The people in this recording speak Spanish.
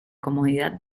comodidad